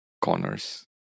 corners